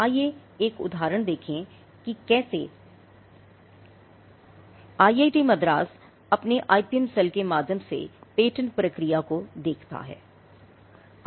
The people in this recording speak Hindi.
आइए एक उदाहरण देखें कि एक IIT मद्रास कैसे अपने IPM सेल के माध्यम से पेटेंट प्रक्रिया को देखता है